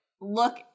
look